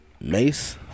Mace